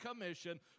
commission